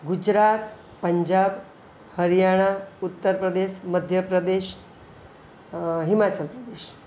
Gujarat Punjab Haryana Uttar Pradesh Madhya Pradesh Himachal Pradesh